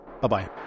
Bye-bye